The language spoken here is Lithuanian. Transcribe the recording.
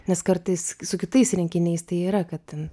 nes kartais su kitais rinkiniais tai yra kad ten